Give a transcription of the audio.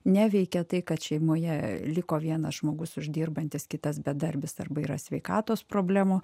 neveikia tai kad šeimoje liko vienas žmogus uždirbantis kitas bedarbis arba yra sveikatos problemų